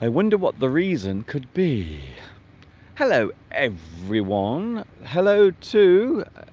i wonder what the reason could be hello everyone hello